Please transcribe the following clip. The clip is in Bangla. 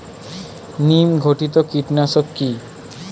নিম ঘটিত কীটনাশক কি?